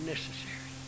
Necessary